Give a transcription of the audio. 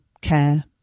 care